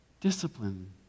Discipline